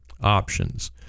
options